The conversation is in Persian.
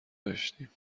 داشتیم